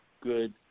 good